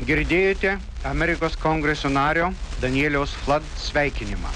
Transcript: girdėjote amerikos kongreso nario danieliaus lakt sveikinimą